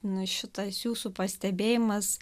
nu šitas jūsų pastebėjimas